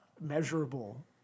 measurable